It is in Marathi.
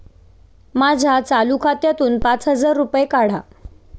माझ्या चालू खात्यातून पाच हजार रुपये काढा